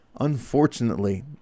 unfortunately